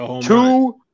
Two